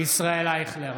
ישראל אייכלר,